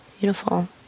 Beautiful